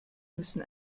müssen